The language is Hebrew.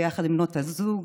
ביחד עם בנות הזוג,